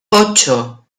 ocho